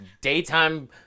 daytime